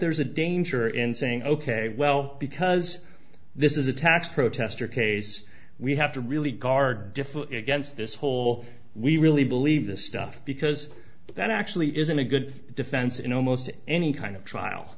there's a danger in saying ok well because this is a tax protester case we have to really guard differ against this whole we really believe this stuff because that actually isn't a good defense in almost any kind of trial